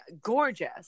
gorgeous